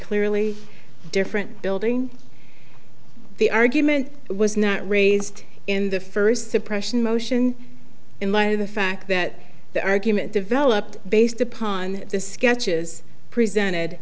clearly different building the argument was not raised in the first suppression motion in light of the fact that the argument developed based upon the sketches presented